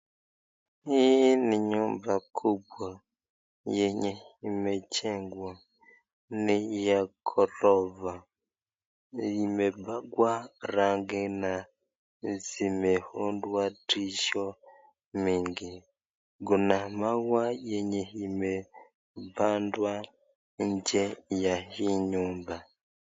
Hii ni nyumba kubwa yenye imejengwa ni ya gorofa. Imepakwa rangi na zimeundwa tishio mingi. Kuna maua yenye ime pandwa nje ya hii nyumba.